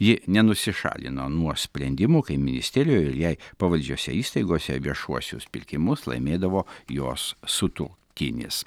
ji nenusišalino nuo sprendimų kai ministerijoje ir jai pavaldžiose įstaigose viešuosius pirkimus laimėdavo jos sutuo tinis